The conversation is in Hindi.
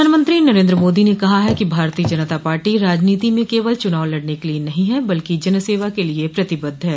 प्रधानमंत्री नरेंद्र मोदी ने कहा है कि भारतीय जनता पार्टी राजनीति में केवल चुनाव लड़ने के लिए नहीं है बल्कि जनसेवा के लिए प्रतिबद्ध है